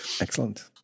Excellent